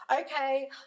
Okay